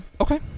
Okay